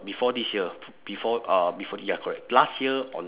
before this year before uh before ya correct last year on